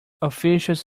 officials